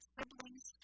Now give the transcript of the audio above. Siblings